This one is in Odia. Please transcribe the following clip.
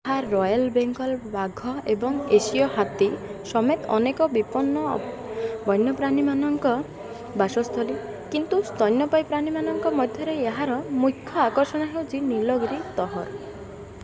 ଏହା ରୟାଲ୍ ବେଙ୍ଗଲ୍ ବାଘ ଏବଂ ଏସୀୟ ହାତୀ ସମେତ ଅନେକ ବିପନ୍ନ ବନ୍ୟପ୍ରାଣୀଙ୍କ ବାସସ୍ଥଳୀ କିନ୍ତୁ ସ୍ତନ୍ୟପାୟୀ ପ୍ରାଣୀଙ୍କ ମଧ୍ୟରେ ଏହାର ମୁଖ୍ୟ ଆକର୍ଷଣ ହେଉଛି ନୀଳଗିରି ତହ୍ର